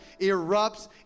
erupts